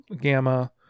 gamma